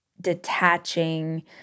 detaching